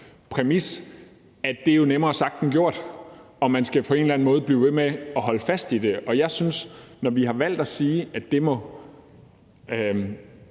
nemlig at det er lettere sagt end gjort og man på en eller anden måde skal blive ved med at holde fast i det. Og når vi har valgt at sige, at det må